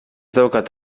daukat